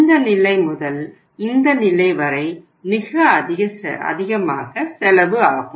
இந்த நிலை முதல் இந்த நிலை வரை மிக அதிகமாக செலவு ஆகும்